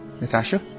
Natasha